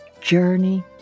Journey